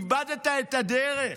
איבדת את הדרך.